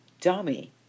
dummy